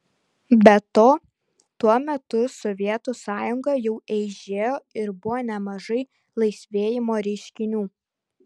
be to tuo metu sovietų sąjunga jau eižėjo ir buvo nemažai laisvėjimo reiškinių